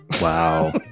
Wow